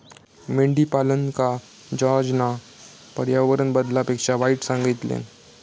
मेंढीपालनका जॉर्जना पर्यावरण बदलापेक्षा वाईट सांगितल्यान